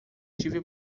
tive